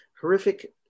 horrific